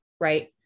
right